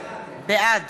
בעד